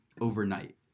overnight